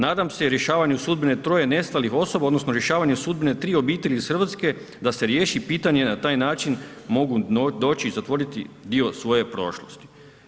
Nadam se rješavanju sudbine 3 nestalih osoba odnosno rješavanju sudbine 3 obitelji iz Hrvatske da se riješi pitanje na taj način mogu doći i zatvoriti dio svoje prošlosti.